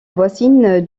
voisine